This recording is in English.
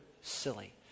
silly